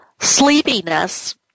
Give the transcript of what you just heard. sleepiness